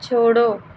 छोड़ो